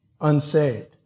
unsaved